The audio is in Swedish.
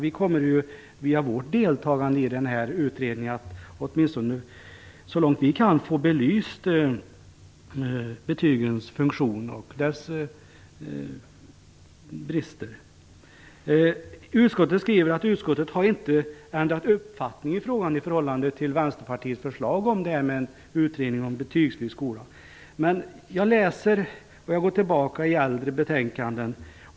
Vi kommer via vårt deltagande i den här utredningen att så långt vi kan försöka få betygens funktion och brister belysta. Utskottet skriver att man inte har ändrat uppfattning i frågan i förhållande till Vänsterpartiets förslag om en utredning om en betygsfri skola. Jag har gått tillbaka i äldre betänkanden.